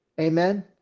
Amen